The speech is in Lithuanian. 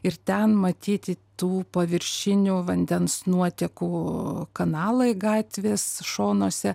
ir ten matyti tų paviršinių vandens nuotekų kanalai gatvės šonuose